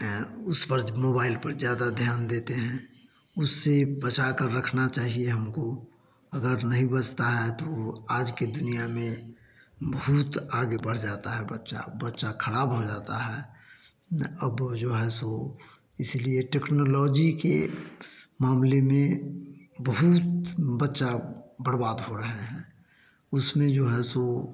है उस पर मोबाइल पर ज़्यादा ध्यान देते हैं उससे से बचाकर के रखना चाहिए हमको अगर नहीं बचता है तो आज के दुनिया में बहुत आगे बढ़ जाता है बच्चा बच्चा खराब हो जाता है न अब जो है सो इसलिए टेक्नलॉजी के मामले में बहुत बच्चा बर्बाद हो रहे हैं उसमें जो है सो